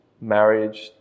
marriage